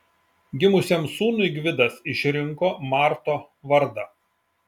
gimusiam sūnui gvidas išrinko marto vardą